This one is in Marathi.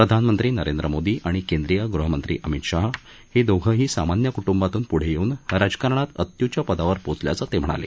प्रधानमंत्री नरेंद्र मोदी आणि केंद्रीय गृहमंत्री अमित शाह हे दोघेही सामान्य कुटुंबातून पुढे येऊन राजकारणात अत्युच्च पदावर पोचल्याचं ते म्हणाले